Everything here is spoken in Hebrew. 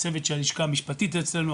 צוות של הלשכה המשפטית אצלנו,